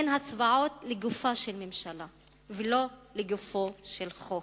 הן הצבעות לגופה של ממשלה ולא לגופו של חוק.